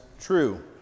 true